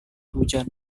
hujan